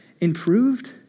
improved